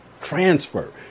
transfer